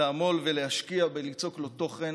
לעמול ולהשקיע בליצוק בו תוכן